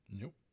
Nope